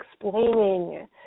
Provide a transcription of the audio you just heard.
explaining